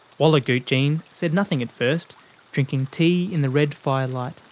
wallagoot jean said nothing at first drinking tea in the red fire light.